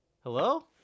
Hello